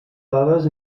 dades